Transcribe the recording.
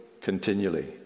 continually